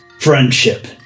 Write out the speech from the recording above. friendship